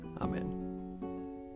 Amen